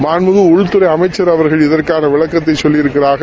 மான்புமிகு உள்துறை அமைச்சர் அவர்கள் இதற்கான விளக்கத்தை செல்லியிருக்கிறார்கள்